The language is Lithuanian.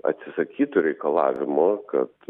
atsisakytų reikalavimo kad